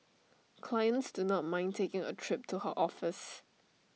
clients do not mind taking A trip to her office